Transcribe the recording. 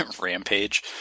rampage